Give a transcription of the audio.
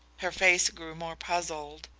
her face grew more puzzled.